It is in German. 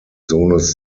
sohnes